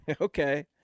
okay